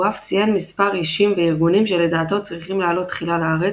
הוא אף ציין מספר אישים וארגונים שלדעתו צריכים לעלות תחילה לארץ,